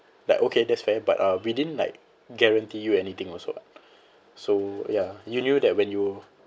like okay that's fair but uh we didn't like guarantee you anything also lah so ya you knew that when you